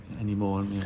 anymore